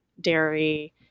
dairy